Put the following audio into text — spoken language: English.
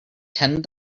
tend